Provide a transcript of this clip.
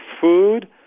food